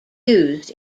used